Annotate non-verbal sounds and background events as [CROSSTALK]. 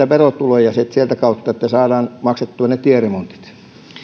[UNINTELLIGIBLE] verotuloja sitä kautta ja saadaan maksettua ne tieremontit